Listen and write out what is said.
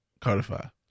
Cardify